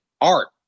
art